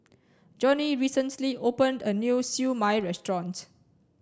Johnny recently opened a new Siew Mai Restaurant